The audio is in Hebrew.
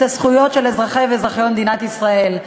הזכויות של אזרחי ואזרחיות מדינת ישראל.